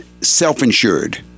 self-insured